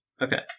Okay